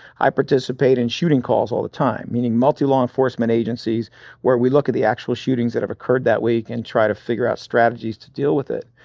i participate in shooting calls all the time, meaning multi-law enforcement agencies where we look at the actual shootings that have occurred that week and try to figure out strategies to deal with it.